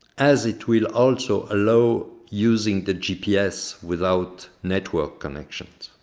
as it will also allow using the gps without network connection.